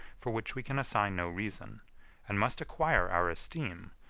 for which we can assign no reason and must acquire our esteem,